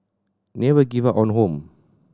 never give up on home